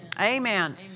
Amen